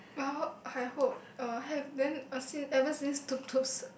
well I hope uh have then ever since tup-tup